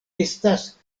estas